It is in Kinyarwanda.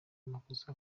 amakosa